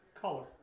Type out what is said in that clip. Color